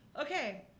Okay